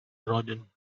rodin